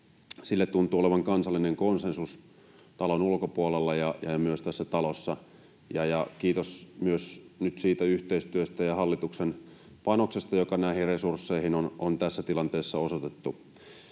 huolta, tuntuu olevan kansallinen konsensus talon ulkopuolella ja myös tässä talossa. Kiitos nyt myös siitä yhteistyöstä ja hallituksen panoksesta, joka näihin resursseihin on tässä tilanteessa osoitettu.